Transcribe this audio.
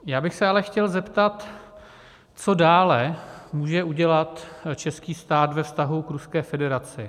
Já bych se ale chtěl zeptat, co dále může udělat český stát ve vztahu k Ruské federaci?